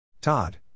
Todd